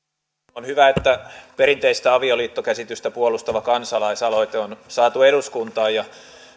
on hyvä että perinteistä avioliittokäsitystä puolustava kansalaisaloite on saatu eduskuntaan ja